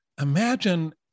imagine